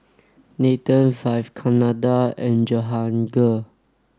Nathan Vivekananda and Jehangirr